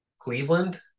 Cleveland